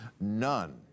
none